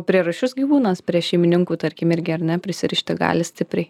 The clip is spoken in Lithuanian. prieraišus gyvūnas prie šeimininkų tarkim irgi ar ne prisirišti gali stipriai